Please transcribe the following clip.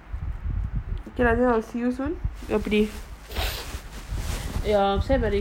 okay lah then I'll see you soon year three ya send my regards to all at home ah